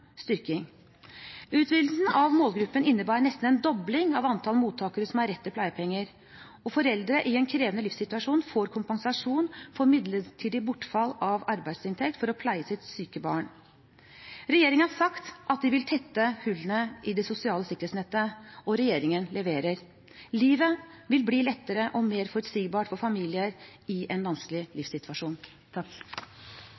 dobling av antall mottakere som har rett til pleiepenger, og foreldre i en krevende livssituasjon får kompensasjon for midlertidig bortfall av arbeidsinntekt for å pleie sitt syke barn. Regjeringen har sagt at de vil tette hullene i det sosiale sikkerhetsnettet, og regjeringen leverer. Livet vil bli lettere og mer forutsigbart for familier i en vanskelig